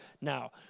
now